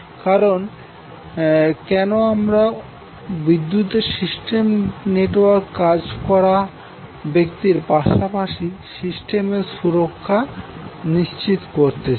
কারণ কেন আমরা বিদ্যুতের সিস্টেম নেটওয়ার্কে কাজ করা ব্যক্তির পাশাপাশি সিস্টেমের সুরক্ষা নিশ্চিত করতে চাই